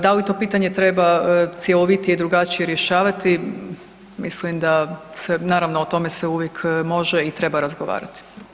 Da li to pitanje treba cjelovitije i drugačije rješavati, mislim da se naravno o tome se uvijek može i treba razgovarati.